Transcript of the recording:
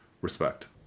respect